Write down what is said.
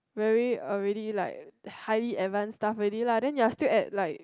very already like highly advanced stuff already lah then you're still at like